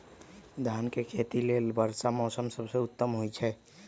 धान के खेती लेल वर्षा मौसम सबसे उत्तम होई छै